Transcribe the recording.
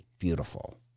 beautiful